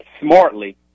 smartly